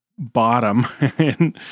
Bottom